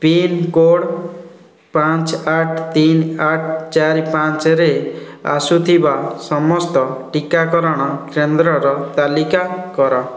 pincode ପାଞ୍ଚ ଆଠ ତିନ ଆଠ ଚାର ପାଞ୍ଚରେ ଆସୁଥିବା ସମସ୍ତ ଟିକାକରଣ କେନ୍ଦ୍ରର ତାଲିକା କର